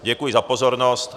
Děkuji za pozornost.